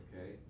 Okay